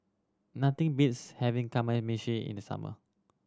nothing beats having Kamameshi in the summer